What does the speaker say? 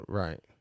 right